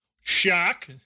Shock